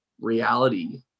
reality